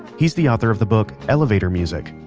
he is the author of the book, elevator music.